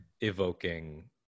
evoking